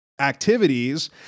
activities